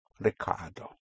Ricardo